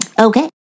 Okay